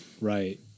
right